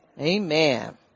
amen